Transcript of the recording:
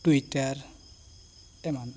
Twitter ᱮᱢᱟᱱ